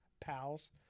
Pals